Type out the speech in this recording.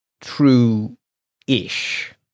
true-ish